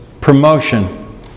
promotion